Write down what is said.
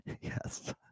yes